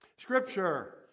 Scripture